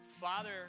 father